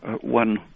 one